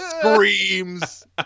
screams